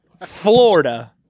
Florida